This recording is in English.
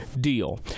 deal